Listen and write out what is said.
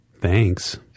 Thanks